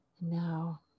Now